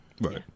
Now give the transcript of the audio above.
right